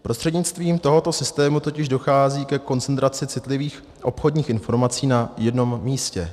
Prostřednictvím tohoto systému totiž dochází ke koncentraci citlivých obchodních informací na jednom místě.